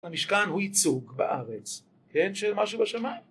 המשכן הוא ייצוג בארץ, כן? של משהו בשמיים?